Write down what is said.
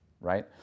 right